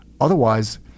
Otherwise—